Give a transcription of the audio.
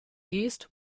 geest